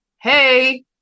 hey